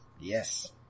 Yes